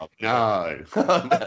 No